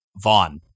Vaughn